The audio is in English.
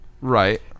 Right